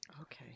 Okay